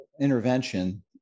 intervention